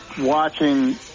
watching